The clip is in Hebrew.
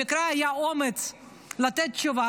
במקרה היה אומץ לתת תשובה,